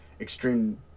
extreme